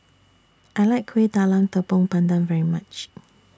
I like Kueh Talam Tepong Pandan very much